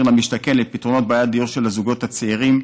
למשתכן לפתרונות בעיית הדיור של הזוגות הצעירים,